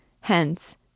Hence